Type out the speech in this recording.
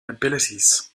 abilities